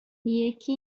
یکی